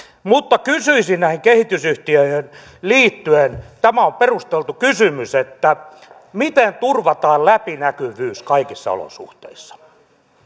mutta kysyisin näihin kehitysyhtiöihin liittyen tämä on perusteltu kysymys miten turvataan läpinäkyvyys kaikissa olosuhteissa